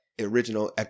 original